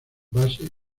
base